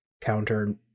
Counter